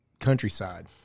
countryside